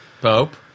Pope